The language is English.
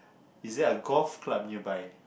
is there a golf club nearby